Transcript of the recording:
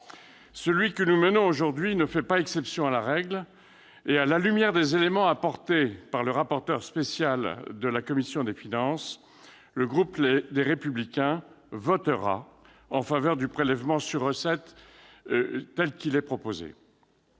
Celui que nous menons aujourd'hui ne fait pas exception à la règle, et, à la lumière des éléments apportés par le rapporteur spécial de la commission des finances, le groupe Les Républicains votera en faveur du prélèvement sur recettes tel qu'il est proposé.